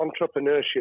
entrepreneurship